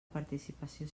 participació